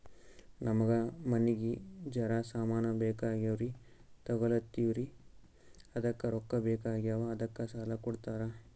ನಮಗ ಮನಿಗಿ ಜರ ಸಾಮಾನ ಬೇಕಾಗ್ಯಾವ್ರೀ ತೊಗೊಲತ್ತೀವ್ರಿ ಅದಕ್ಕ ರೊಕ್ಕ ಬೆಕಾಗ್ಯಾವ ಅದಕ್ಕ ಸಾಲ ಕೊಡ್ತಾರ?